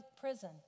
prison